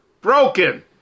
broken